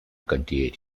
county